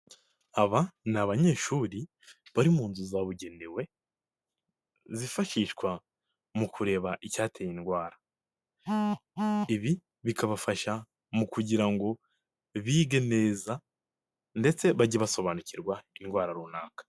Aba ni abanyeshuri bari mu nzu zabugenewe zifashishwa mu kureba icyateye indwara, ibi bikabafasha mu kugira ngo bige neza ndetse bajye basobanukirwa indwara runaka.